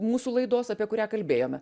mūsų laidos apie kurią kalbėjome